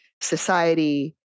society